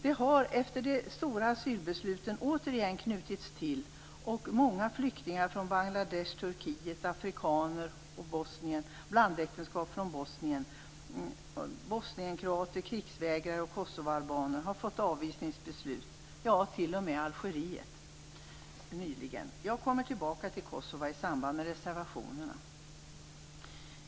Det har efter de stora asylbesluten åter knutits till, och många flyktingar från Bangladesh, Turkiet, Afrika, Bosnien, blandäktenskapsflyktingar från Bosnien, bosnienkroater, krigsvägrare och kosovoalbaner har fått avvisningsbeslut, ja, t.o.m. algerier nyligen. Jag kommer tillbaka till Kosovo i samband med reservationerna.